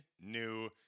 new